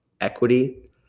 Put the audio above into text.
equity